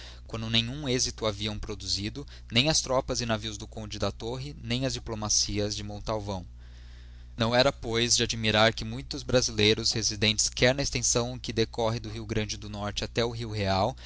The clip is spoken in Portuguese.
quando nenhum êxito haviam produzido nem as tropas e navios do conde da torre nem as diplomacias de montalvão não era pois de admirar que muitos brasileiros residentes quer na extensão que decorre do rio grande do norte até o rio real